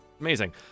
Amazing